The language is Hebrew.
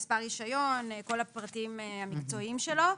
עם מספר רישיון ועם כל הפרטים המקצועיים שלו.